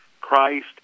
Christ